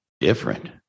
different